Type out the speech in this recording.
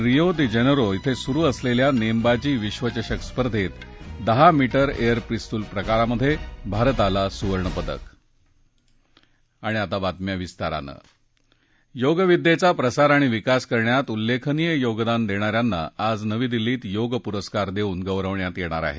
Rio de Janeiro ध्वं सुरु असलेल्या नेमबाजी विश्वचषक स्पर्धेत दहा मीटर एअर पिस्तुल प्रकारात भारताला सुवर्ण पदक योगविद्येचा प्रसार आणि विकास करण्यात उल्लेखनीय योगदान देणा यांना आज नवी दिल्लीत योग पुरस्कार देऊन गौरवण्यात येणार आहे